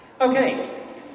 Okay